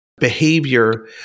behavior